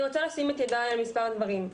אני רוצה לשים את ידיי על מספר דברים.